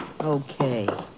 Okay